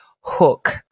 Hook